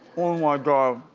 oh my god.